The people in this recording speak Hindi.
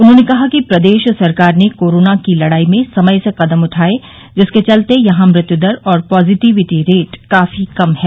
उन्होंने कहा कि प्रदेश सरकार ने कोरोना की लड़ाई में समय से कदम उठाये जिसके चलते यहां मृत्युदर और पॉजिटिविटी रेट काफी कम है